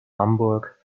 hamburg